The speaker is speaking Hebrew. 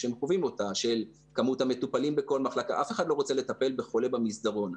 של כמות המטופלים בכל מחלקה אף אחד לא רוצה לטפל בחולה במסדרון,